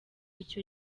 icyo